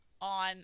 on